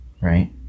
right